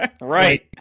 right